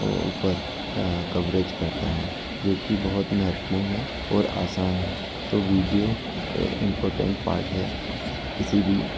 ऊपर कवरेज करता है जो कि बहुत महत्वपूर्ण हैं और आसान हैं तो वीडियो इंर्पोटेंट पार्ट है किसी भी